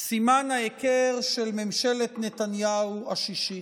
סימן ההיכר של ממשלת נתניהו השישית.